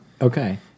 Okay